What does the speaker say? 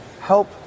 help